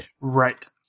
Right